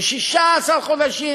מ-16 חודשים